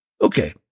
Okay